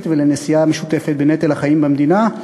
ולנשיאה משותפת בנטל החיים במדינה.